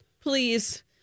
Please